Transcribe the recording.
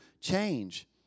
change